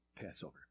Passover